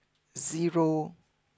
zero